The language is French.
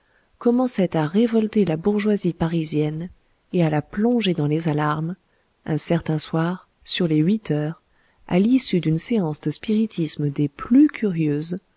commençait à révolter la bourgeoisie parisienne et à la plonger dans les alarmes un certain soir sur les huit heures à l'issue d'une séance de spiritisme des plus curieuses